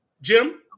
Jim